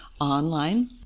online